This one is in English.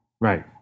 Right